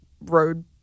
road